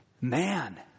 Man